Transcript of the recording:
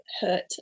hurt